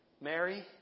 Mary